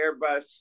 Airbus